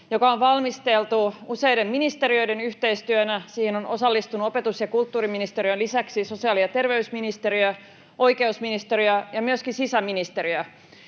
joka on valmisteltu useiden ministeriöiden yhteistyönä. Siihen ovat osallistuneet opetus‑ ja kulttuuriministeriön lisäksi sosiaali‑ ja terveysministeriö, oikeusministeriö ja myöskin sisäministeriö.